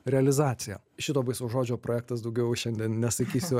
realizacija šito baisaus žodžio projektas daugiau šiandien nesakysiu